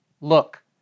look